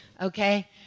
okay